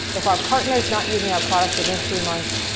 if our partner's not using our products within three months,